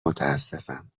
متاسفم